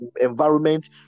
environment